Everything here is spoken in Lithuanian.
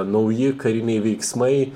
nauji kariniai veiksmai